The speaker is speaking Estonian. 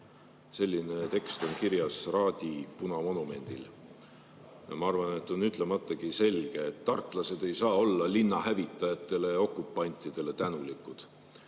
Selline tekst on kirjas Raadi punamonumendil. Ma arvan, et on ütlematagi selge, et tartlased ei saa olla linna hävitajatele ja okupantidele tänulikud.